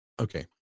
okay